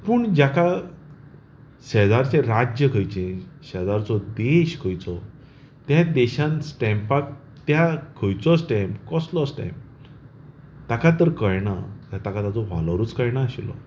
पूण जाका शेजारचे राज्य खंयचे शेजारचो देश खंयचो त्या देशांत स्टॅम्पाक त्या खंयचो स्टॅम्प कसलो स्टॅम्प ताका तर कळना ताका ताचो वालोरुच कळनाशिल्लो